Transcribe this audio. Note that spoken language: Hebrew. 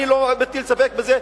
אני לא מטיל ספק בזה,